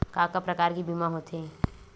का का प्रकार के बीमा होथे?